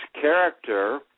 character